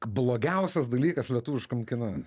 blogiausias dalykas lietuviškam kine